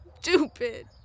stupid